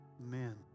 Amen